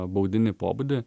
baudinį pobūdį